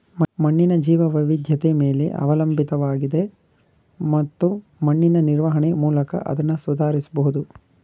ಮಣ್ಣಿನ ಜೀವವೈವಿಧ್ಯತೆ ಮೇಲೆ ಅವಲಂಬಿತವಾಗಿದೆ ಮತ್ತು ಮಣ್ಣಿನ ನಿರ್ವಹಣೆ ಮೂಲಕ ಅದ್ನ ಸುಧಾರಿಸ್ಬಹುದು